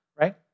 right